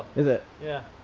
is it? yeah.